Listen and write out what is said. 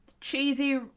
cheesy